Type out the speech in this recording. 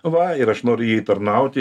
va ir aš noriu jai tarnauti